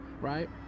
right